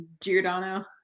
Giordano